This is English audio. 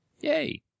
Yay